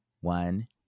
One